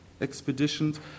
expeditions